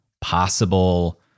possible